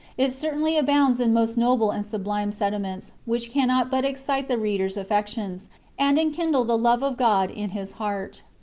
it certainly abounds in most noble and sublime sentiments which cannot but excite the reader's affections and enkindle the love of god in his heart.